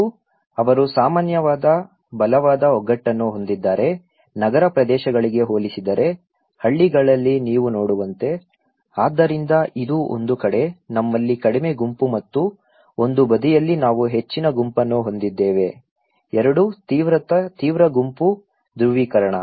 ಮತ್ತು ಅವರು ಸಾಮಾನ್ಯವಾದ ಬಲವಾದ ಒಗ್ಗಟ್ಟನ್ನು ಹೊಂದಿದ್ದಾರೆ ನಗರ ಪ್ರದೇಶಗಳಿಗೆ ಹೋಲಿಸಿದರೆ ಹಳ್ಳಿಗಳಲ್ಲಿ ನೀವು ನೋಡುವಂತೆ ಆದ್ದರಿಂದ ಇದು ಒಂದು ಕಡೆ ನಮ್ಮಲ್ಲಿ ಕಡಿಮೆ ಗುಂಪು ಮತ್ತು ಒಂದು ಬದಿಯಲ್ಲಿ ನಾವು ಹೆಚ್ಚಿನ ಗುಂಪನ್ನು ಹೊಂದಿದ್ದೇವೆ 2 ತೀವ್ರ ಗುಂಪು ಧ್ರುವೀಕರಣ